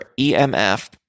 EMF